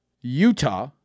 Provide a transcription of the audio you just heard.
Utah